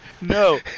no